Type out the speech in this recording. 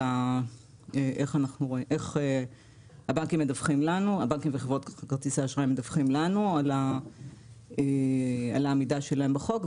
על איך הבנקים וחברות כרטיסי האשראי מדווחים לנו על העמידה שלהם בחוק,